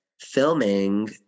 filming